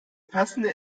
passende